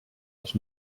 els